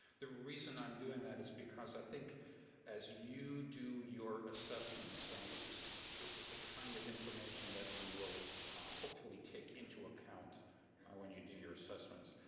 the reason i'm doing that is because i think as you do your assessments this is this is the kind of information that you will hopefully take into account when you do your assessments.